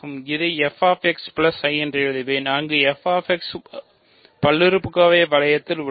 இதை f பல்லுறுப்புக்கோவை வளையத்தில் உள்ளது